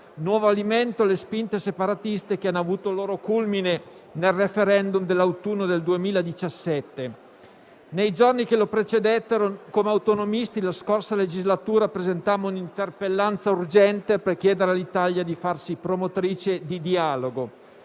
nuovo alimento le spinte separatiste che hanno avuto il loro culmine nel *referendum* dell'autunno del 2017. Nei giorni che lo precedettero, come autonomisti, la scorsa legislatura presentammo un'interpellanza urgente per chiedere all'Italia di farsi promotrice di dialogo.